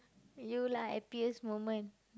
you lah happiest moment